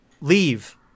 leave